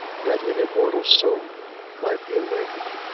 that an immortal soul might be awakened.